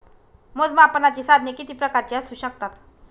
मोजमापनाची साधने किती प्रकारची असू शकतात?